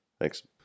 Thanks